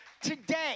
today